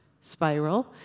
spiral